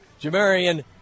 Jamarian